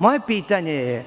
Moje pitanje je